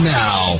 now